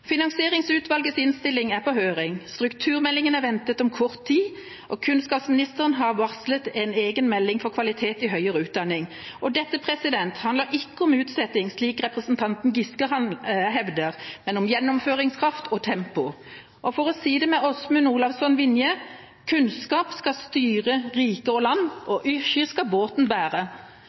Finansieringsutvalgets innstilling er på høring, strukturmeldingen er ventet om kort tid, og kunnskapsministeren har varslet en egen melding for kvalitet i høyere utdanning. Dette handler ikke om utsetting, slik representanten Giske hevder, men om gjennomføringskraft og tempo. For å si det med Aasmund Olavsson Vinje: «Kunnskap skal styra Riki og Land,